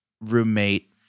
roommate